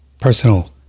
personal